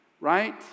Right